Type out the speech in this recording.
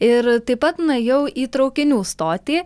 ir taip pat nuėjau į traukinių stotį